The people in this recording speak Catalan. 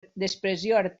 artística